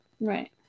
right